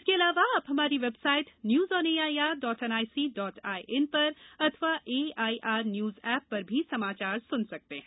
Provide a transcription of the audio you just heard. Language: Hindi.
इसके अलावा आप हमारी website news on A I R dot N I C dot I N पर अथवा A I R news app पर भी समाचार सुन सकते हैं